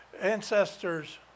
ancestors